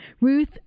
Ruth